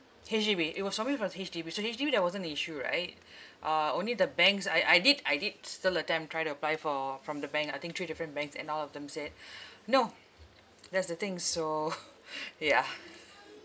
H_D_B it was solely from H_D_B so the H_D_B there wasn't the issue right uh only the banks I I did I did still attempt try to apply for from the bank I think three different banks and all of them said no that's the thing so yeah